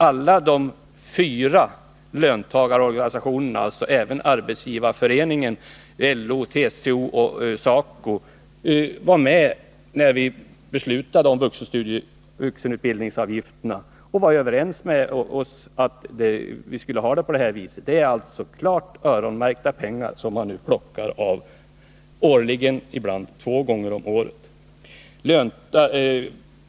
Alla löntagarorganisationerna — LO, TCO och SACO — och även Arbetsgivareföreningen var med när vi beslutade om vuxenutbildningsavgifterna, och organisationerna var överens med oss om att vi skulle ha det på det här sättet. Det är alltså klart öronmärkta pengar som man nu plockar årligen — och ibland två gånger om året.